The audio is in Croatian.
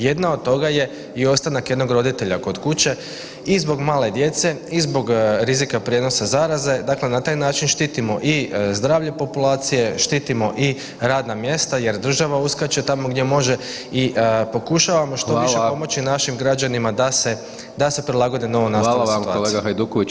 Jedna od toga je i ostanak jednog roditelja kod kuće i zbog male djece i zbog rizika prijenosa zaraze, dakle na taj način štitimo i zdravlje populacije, štitimo i radna mjesta jer država uskače tamo gdje može i pokušavamo što više pomoći [[Upadica: Hvala.]] našim građanima da se prilagode na novonastalu [[Upadica: Hvala vam kolega Hajduković.]] situaciju.